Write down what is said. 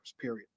period